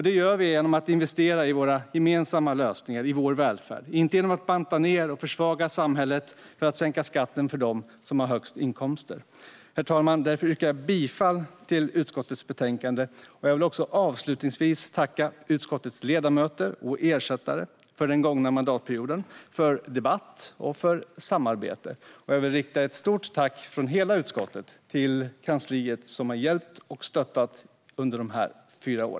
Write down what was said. Det gör vi genom att investera i våra gemensamma lösningar, i vår välfärd - inte genom att banta ned och försvaga samhället för att sänka skatten för dem med högst inkomster. Herr talman! Därför yrkar jag bifall till utskottets förslag. Låt mig avslutningsvis tacka utskottets ledamöter och ersättare för debatt och samarbete under den gångna mandatperioden. Jag vill också rikta ett stort tack från hela utskottet till kansliet, som har hjälpt och stöttat oss under dessa fyra år.